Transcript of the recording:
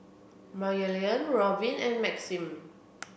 Maryellen Robyn and Maxim